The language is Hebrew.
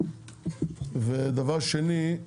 ודבר שני,